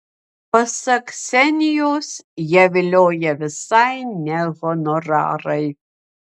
pasak ksenijos ją vilioja visai ne honorarai